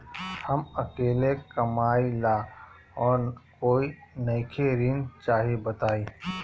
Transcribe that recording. हम अकेले कमाई ला और कोई नइखे ऋण चाही बताई?